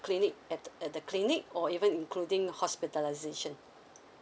clinic at at the clinic or even including hospitalization